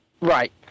right